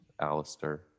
Alistair